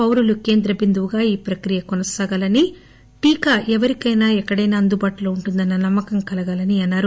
పౌరులు కేంద్రబిందువుగా ఈ ప్రక్రియ కొనసాగాలని టీకా ఎవరికైనా ఎక్కడైనా అందుబాటులో ఉంటుందన్న నమ్మకం కలగాలని అన్సారు